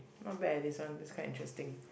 not bad eh this one this quite interesting